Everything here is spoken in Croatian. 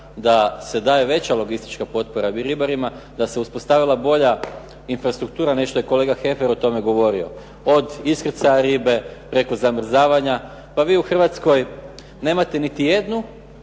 da se daje veća logistička potpora ribarima, da se uspostavila bolja infrastruktura nešto je kolega Heffer o tome govorio, od iskrcaja ribe preko zamrzavanja. Pa vi u Hrvatskoj nemate niti jednu